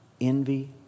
envy